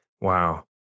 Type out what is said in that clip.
Wow